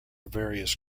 various